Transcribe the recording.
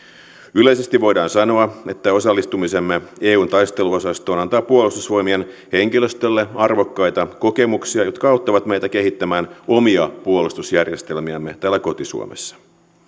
yleisesti voidaan sanoa että osallistumisemme eun taisteluosastoon antaa puolustusvoimien henkilöstölle arvokkaita kokemuksia jotka auttavat meitä kehittämään omia puolustusjärjestelmiämme täällä koti suomessa